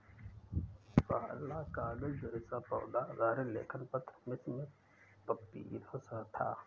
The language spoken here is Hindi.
पहला कागज़ जैसा पौधा आधारित लेखन पत्र मिस्र में पपीरस था